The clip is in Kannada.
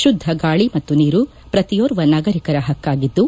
ಶುದ್ದ ಗಾಳಿ ಮತ್ತು ನೀರು ಪ್ರತಿಯೋರ್ವ ನಾಗರಿಕರ ಹಕ್ಕಾಗಿದ್ದು